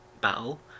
battle